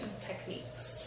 techniques